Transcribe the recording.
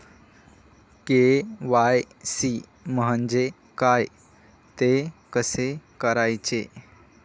KYC म्हणजे काय? ते कसे करायचे?